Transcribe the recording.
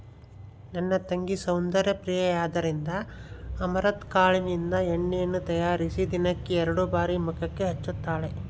ನನ್ನ ತಂಗಿ ಸೌಂದರ್ಯ ಪ್ರಿಯೆಯಾದ್ದರಿಂದ ಅಮರಂತ್ ಕಾಳಿನಿಂದ ಎಣ್ಣೆಯನ್ನು ತಯಾರಿಸಿ ದಿನಕ್ಕೆ ಎರಡು ಬಾರಿ ಮುಖಕ್ಕೆ ಹಚ್ಚುತ್ತಾಳೆ